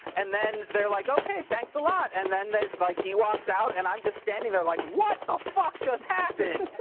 and then they're like, ok, thanks a lot. and then like he walks out and i'm just standing there like, what the fuck just happened?